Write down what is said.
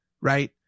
right